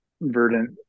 verdant